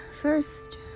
first